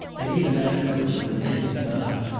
and even afterward, when the thing was done,